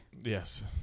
Yes